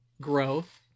growth